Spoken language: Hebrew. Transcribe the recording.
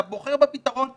אתה בוחר בפתרון הקל,